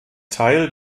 teil